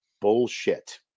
bullshit